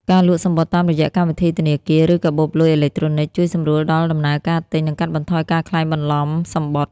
ការលក់សំបុត្រតាមរយៈកម្មវិធីធនាគារ ឬកាបូបលុយអេឡិចត្រូនិក ជួយសម្រួលដល់ដំណើរការទិញ និងកាត់បន្ថយការក្លែងបន្លំសំបុត្រ។